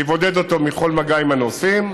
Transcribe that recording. שיבודד אותו מכל מגע עם הנוסעים,